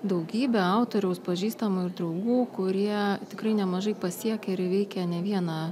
daugybę autoriaus pažįstamų ir draugų kurie tikrai nemažai pasiekę ir įveikę ne vieną